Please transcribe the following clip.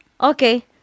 Okay